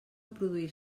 produir